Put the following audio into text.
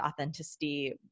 authenticity